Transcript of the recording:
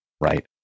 right